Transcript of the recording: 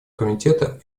комитета